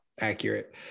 accurate